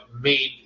made